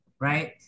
right